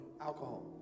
alcohol